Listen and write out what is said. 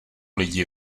lidi